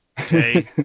okay